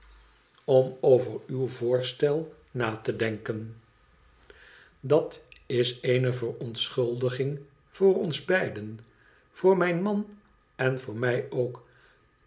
om over uw voorstel na te denken datiseene verontschuldiging voor ons beiden voor mijn man en voor mij ook